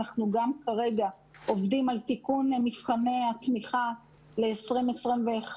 אנחנו גם כרגע עובדים על תיקון מבחני התמיכה ל-2020 2021,